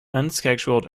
unscheduled